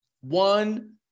One